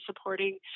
supporting